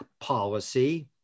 policy